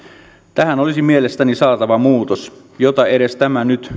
tähän olisi mielestäni saatava muutos jota edes tämä nyt